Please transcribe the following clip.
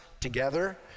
together